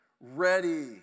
ready